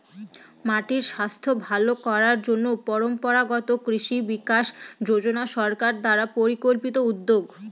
মাটির স্বাস্থ্য ভালো করার জন্য পরম্পরাগত কৃষি বিকাশ যোজনা সরকার দ্বারা পরিকল্পিত উদ্যোগ